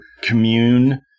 commune